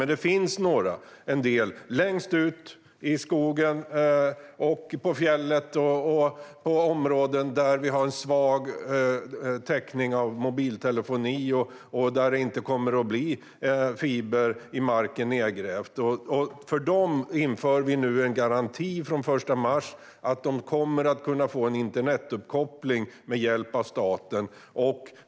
Men det finns några, längst ut i skogen, på fjället och i områden med svag täckning av mobiltelefoni och där fiber inte kommer att grävas ned i marken. För dem inför vi nu från den 1 mars en garanti: De kommer att kunna få internetuppkoppling med statens hjälp.